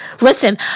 Listen